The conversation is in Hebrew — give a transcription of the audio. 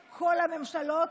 שלממשלות,